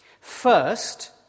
First